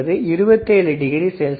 அறை வெப்பநிலை என்பது 27 டிகிரி செல்சியஸ்